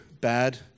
bad